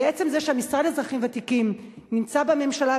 עצם זה שהמשרד לאזרחים ותיקים נמצא בממשלה,